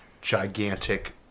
gigantic